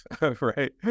Right